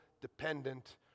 dependent